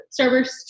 starburst